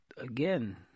again